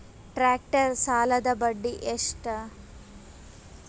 Tractor ಸಾಲದ್ದ ಬಡ್ಡಿ ಎಷ್ಟ?